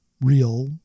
real